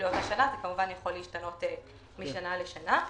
זה כמובן יכול להשתנות משנה לשנה.